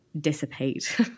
dissipate